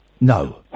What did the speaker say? No